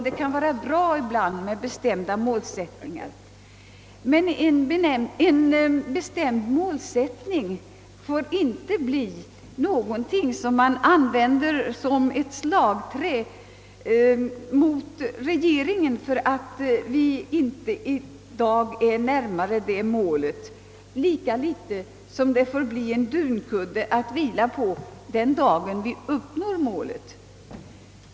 Det kan vara bra ibland med bestämda målsättningar, men en bestämd målsättning får inte bli någonting som man använder som ett slagträ mot regeringen, därför att vi inte i dag är närmare det målet, lika litet som den får bli en dunkudde att vila på den dagen vi uppnår målet.